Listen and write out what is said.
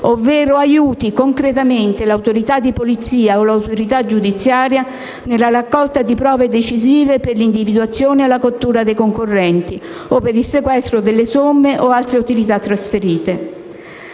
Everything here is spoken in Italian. ovvero aiuti concretamente l'autorità di polizia o l'autorità giudiziaria nella raccolta di prove decisive per l'individuazione o la cattura dei concorrenti o per il sequestro delle somme o altre utilità trasferite.